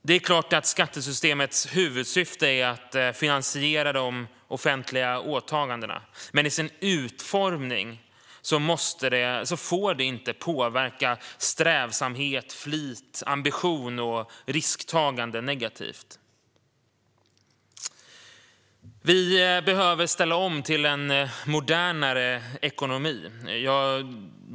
Det är klart att skattesystemets huvudsyfte är att finansiera de offentliga åtagandena, men i sin utformning får det inte påverka strävsamhet, flit, ambition och risktagande negativt. Vi behöver ställa om till en modernare ekonomi.